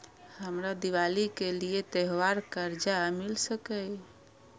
हमरा दिवाली के लिये त्योहार कर्जा मिल सकय?